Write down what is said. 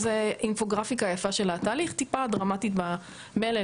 זה אינפוגרפיקה יפה של התהליך, טיפה דרמטי במלל.